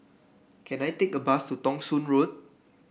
can I take a bus to Thong Soon Road